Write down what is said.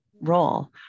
role